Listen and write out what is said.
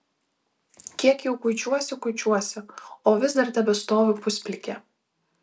kiek jau kuičiuosi kuičiuosi o vis dar tebestoviu pusplikė